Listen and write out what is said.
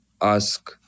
ask